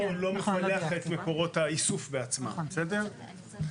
לא מפלח את מקורות האיסוף העצמם, בסדר?